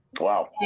Wow